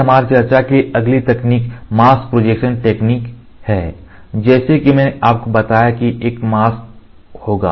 इसलिए हमारी चर्चा के लिए अगली तकनीक मास्क प्रोजेक्शन टेक्निक है जैसा कि मैंने आपको बताया कि एक मास्क होगा